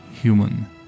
human